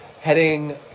heading